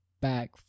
back